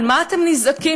על מה אתם נזעקים?